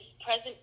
present